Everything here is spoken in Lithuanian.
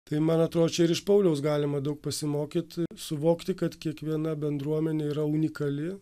tai man atro čia ir iš pauliaus galima daug pasimokyt suvokti kad kiekviena bendruomenė yra unikali